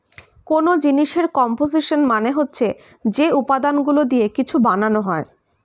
কোন জিনিসের কম্পোসিশন মানে হচ্ছে যে উপাদানগুলো দিয়ে কিছু বানানো হয়